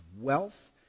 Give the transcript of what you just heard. wealth